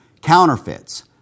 Counterfeits